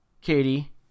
Katie